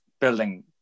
building